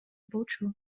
болчу